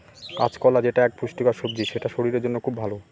কাঁচকলা যেটা এক পুষ্টিকর সবজি সেটা শরীরের জন্য খুব ভালো